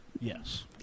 Yes